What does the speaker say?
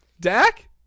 Dak